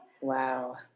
Wow